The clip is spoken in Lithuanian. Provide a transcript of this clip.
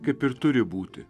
kaip ir turi būti